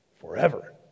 forever